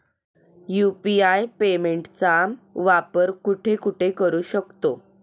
UPI पेमेंटचा वापर कुठे कुठे करू शकतो?